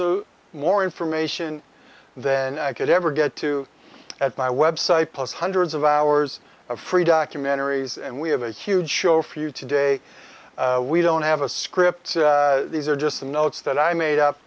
of more information than i could ever get to at my website plus hundreds of hours of free documentaries and we have a huge show for you today we don't have a script these are just some notes that i made up